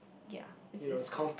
ya this is the